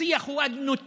השיח הוא אדנותי,